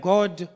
God